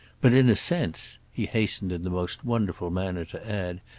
but in a sense, he hastened in the most wonderful manner to add,